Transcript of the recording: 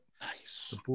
nice